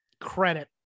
credit